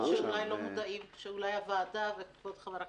יש לי הערה לעניין שאולי הוועדה וכבוד חברי